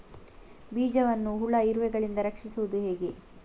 ಬೀಜವನ್ನು ಹುಳ, ಇರುವೆಗಳಿಂದ ರಕ್ಷಿಸುವುದು ಹೇಗೆ?